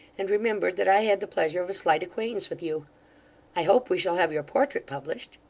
and remembered that i had the pleasure of a slight acquaintance with you i hope we shall have your portrait published